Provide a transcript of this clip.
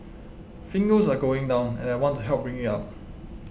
fingers are going down and I want to help bring it up